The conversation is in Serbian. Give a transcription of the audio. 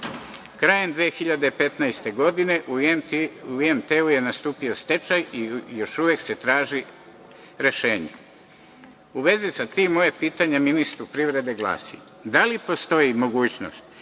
Krajem 2015. godine u IMT-u je nastupio stečaj i još uvek se traži rešenje.U vezi sa tim moje pitanje ministru privrede glasi – da li postoji mogućnost